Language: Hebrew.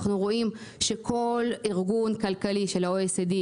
אנחנו רואים שכל ארגון כלכלי של ה-OECD,